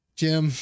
jim